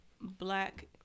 black